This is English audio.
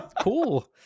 cool